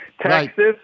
Texas